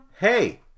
Hey